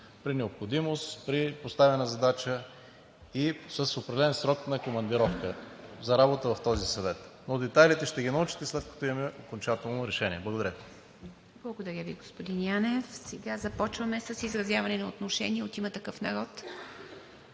при необходимост, при поставена задача и с определен срок на командировка за работа в този съвет. Детайлите ще ги научите, след като имаме окончателно решение. Благодаря. ПРЕДСЕДАТЕЛ ИВА МИТЕВА: Благодаря Ви, господин Янев. Започваме с изразяване на отношение. От „Има такъв народ“